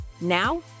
Now